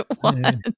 one